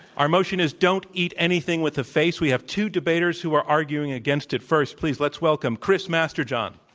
our motion is, don't eat anything with a face. we have two debaters who are arguing against it. first, please, let's welcome chris masterjohn.